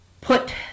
put